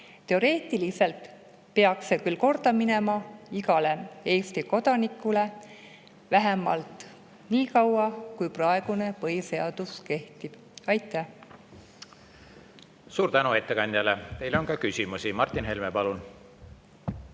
Teoreetiliselt peaks see korda minema igale Eesti kodanikule, vähemalt niikaua, kuni praegune põhiseadus kehtib. Aitäh! Suur tänu ettekandjale! Teile on ka küsimusi. Martin Helme, palun!